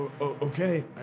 okay